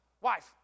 Wife